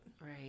Right